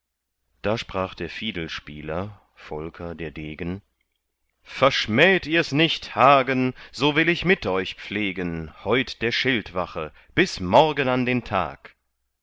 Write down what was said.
da sprach der fiedelspieler volker der degen verschmäht ihrs nicht hagen so will ich mit euch pflegen heut der schildwache bis morgen an den tag